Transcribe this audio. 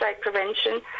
Prevention